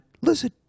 listen